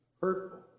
hurtful